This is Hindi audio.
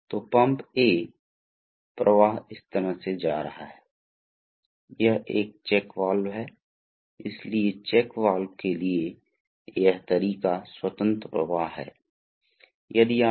अब जैसा कि मैंने कहा कि दबाव बल का निर्धारण करता है और यह बल का निर्धारण कैसे करता है दबाव को दबाव के अनुप्रयोग के प्रति इकाई क्षेत्र के रूप में बल दिया जाता है